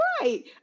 Right